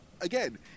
again